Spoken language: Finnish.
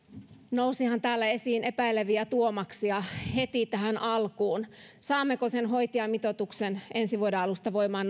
nousihan täällä esiin epäileviä tuomaksia heti tähän alkuun saammeko sen hoitajamitoituksen nolla pilkku seitsemän ensi vuoden alusta voimaan